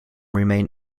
remain